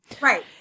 Right